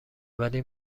ولی